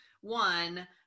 One